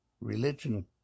Religion